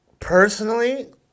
personally